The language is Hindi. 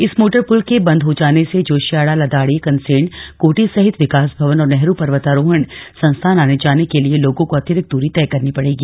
इस मोटर पुल के बन्द हो जाने से जोशियाड़ा लदाड़ी कंसेण कोटी सहित विकास भवन और नेहरू पर्वतारोहण संस्थान आने जाने के लिए लोगों को अतिरिक्त दूरी तय करनी पड़ेगी